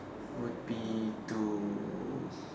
would be to